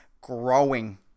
growing